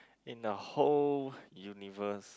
in the whole universe